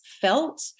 felt